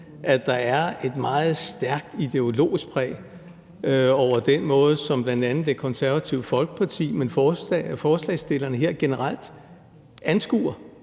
at der er et meget stærkt ideologisk præg over den måde, som bl.a. Det Konservative Folkeparti, men forslagsstillerne her generelt anskuer